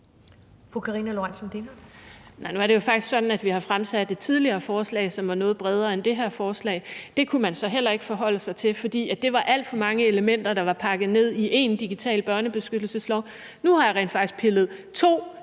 Nu er det jo faktisk sådan, at vi tidligere har fremsat et forslag, som var noget bredere end det her forslag. Det kunne man så heller ikke forholde sig til, fordi det var alt for mange elementer, der var pakket ned i én digital børnebeskyttelseslov. Nu har jeg rent faktisk pillet to elementer